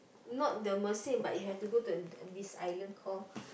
not the Mersing but you have to go to d~ this island call